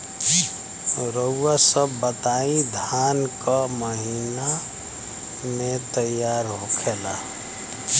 रउआ सभ बताई धान क महीना में तैयार होखेला?